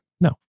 No